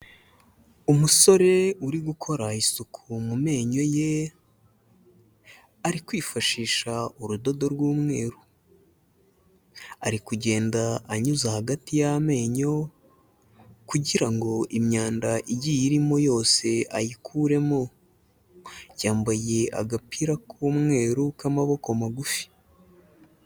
Umusore uri gukora isuku mu menyo ye, ari kwifashisha urudodo rw'umweru, ari kugenda anyuza hagati y'amenyo kugira ngo imyanda igiye irimo yose ayikuremo, yambaye agapira k'umweru k'amaboko magufi.